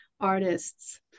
artists